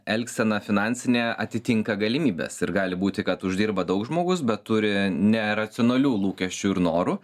elgsena finansinė atitinka galimybes ir gali būti kad uždirba daug žmogus bet turi neracionalių lūkesčių ir norų